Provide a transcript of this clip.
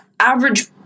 Average